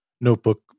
notebook